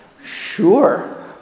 Sure